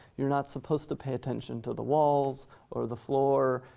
you're not supposed to pay attention to the walls or the floor.